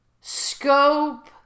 scope